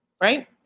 right